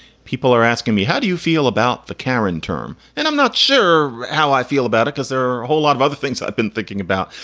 people are asking me, how do you feel about the karen term? and i'm not sure how i feel about it cause there are a whole lot of other things i've been thinking about.